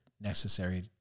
necessary